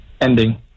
Ending